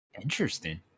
Interesting